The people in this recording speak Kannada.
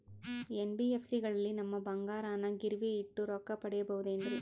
ಎನ್.ಬಿ.ಎಫ್.ಸಿ ಗಳಲ್ಲಿ ನಮ್ಮ ಬಂಗಾರನ ಗಿರಿವಿ ಇಟ್ಟು ರೊಕ್ಕ ಪಡೆಯಬಹುದೇನ್ರಿ?